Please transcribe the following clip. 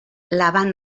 laban